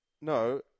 No